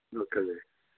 okay okay